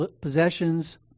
possessions